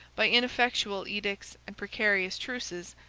by ineffectual edicts and precarious truces,